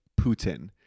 Putin